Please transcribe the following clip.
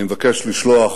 אני מבקש לשלוח